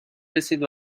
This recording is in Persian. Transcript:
رسید